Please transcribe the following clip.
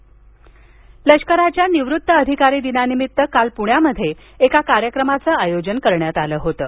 veterans day लष्कराच्या निवृत्त अधिकारी दिना निमित्त काल पुण्यात एका कार्यक्रमाचं आयोजन करण्यात आलं होतं